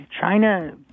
China